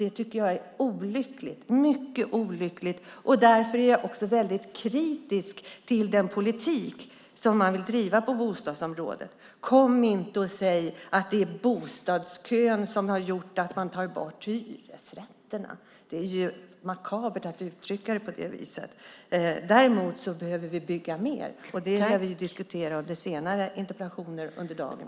Det tycker jag är mycket olyckligt, och därför är jag också väldigt kritisk till den politik som man vill driva på bostadsområdet. Kom inte och säg att det är bostadskön som har gjort att man tar bort hyresrätterna! Det är makabert att uttrycka det på det viset. Däremot behöver vi bygga mer, och det lär vi diskutera under senare interpellationer under dagen.